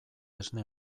esne